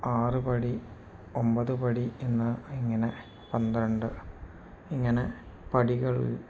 ആറു പടി ഒമ്പതു പടി എന്നിങ്ങനെ പന്ത്രണ്ട് ഇങ്ങനെ പടികൾ